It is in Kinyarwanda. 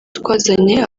twazanye